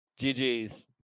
GG's